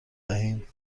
دهیم